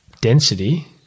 density